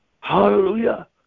Hallelujah